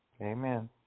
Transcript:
Amen